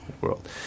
world